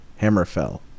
Hammerfell